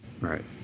Right